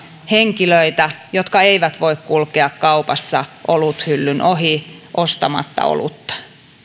henkilöitä jotka eivät voi kulkea kaupassa oluthyllyn ohi ostamatta olutta